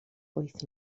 wyth